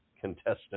contestant